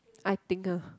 I think ah